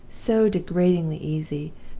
so degradingly easy,